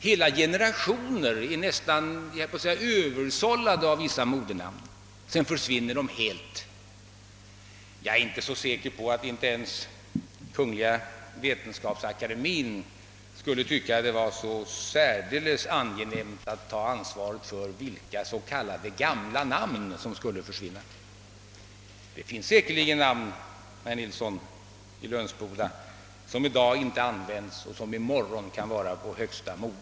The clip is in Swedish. Hela generationer är, skulle jag vilja säga, översållade av vissa modenamn, som senare helt försvunnit. Jag är inte säker på att ens Vetenskapsakademien skulle tycka att det vore särdeles angenämt att ta ansvaret för vilka s.k. gamla namn som skulle försvinna. Det finns säkerligen namn, herr Nilsson i Lönsboda, som i dag inte används men som i morgon kan vara högsta mod.